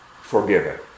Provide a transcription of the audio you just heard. forgiven